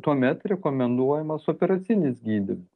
tuomet rekomenduojamas operacinis gydymas